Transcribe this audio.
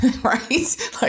right